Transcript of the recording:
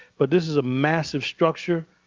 but this is a massive structure.